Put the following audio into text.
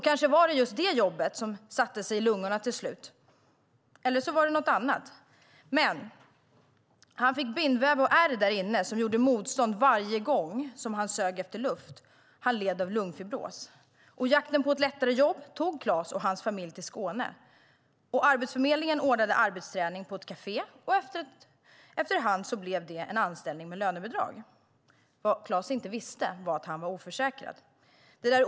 Kanske var det just det jobbet som satte sig i lungorna till slut, eller så var det något annat. Men Klas fick bindväv och ärr i lungorna, vilket innebar att lungorna gjorde motstånd varje gång han sög efter luft. Han led av lungfibros. Jakten på ett lättare jobb tog Klas och hans familj till Skåne. Arbetsförmedlingen ordnade arbetsträning på ett kafé. Efter hand blev det en anställning med lönebidrag. Vad Klas inte visste var att han var oförsäkrad.